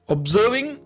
Observing